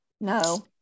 No